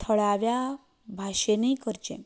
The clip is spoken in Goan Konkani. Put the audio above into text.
थळाव्या भाशेंतय करचें